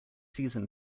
season